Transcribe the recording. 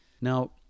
Now